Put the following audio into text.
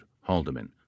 Haldeman